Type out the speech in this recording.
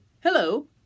hello